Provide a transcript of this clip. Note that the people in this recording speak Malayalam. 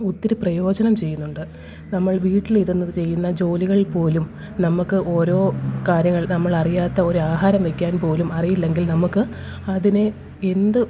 ഒത്തിരി പ്രയോജനം ചെയ്യുന്നുണ്ട് നമ്മൾ വീട്ടിൽ ഇരുന്നു ചെയ്യുന്ന ജോലികൾ പോലും നമുക്ക് ഓരോ കാര്യങ്ങൾ അറിയാത്ത ഓരോ ആഹാരം വയ്ക്കാൻ പോലും അറിയില്ലെങ്കിൽ നമക്ക് അതിനെ എന്തു